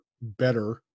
better